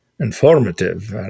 informative